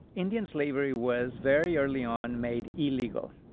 indian slavery was very early on made illegal.